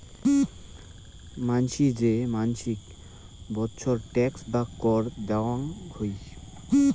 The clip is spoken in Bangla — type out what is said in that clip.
মানসি যে মাছিক বৎসর ট্যাক্স বা কর দেয়াং হই